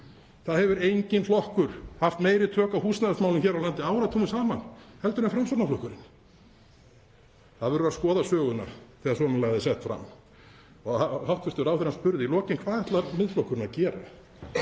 Það hefur enginn flokkur haft meiri tök á húsnæðismálum hér á landi áratugum saman heldur en Framsóknarflokkurinn. Það verður að skoða söguna þegar svona lagað er sett fram. Hæstv. ráðherra spurði í lokin: Hvað ætlar Miðflokkurinn að gera?